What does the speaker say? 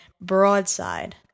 Broadside